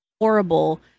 horrible